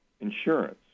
insurance